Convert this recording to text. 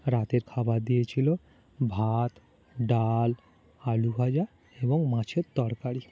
রাতের খাবার দিয়েছিলো ভাত ডাল আলু ভাজা এবং মাছের তরকারি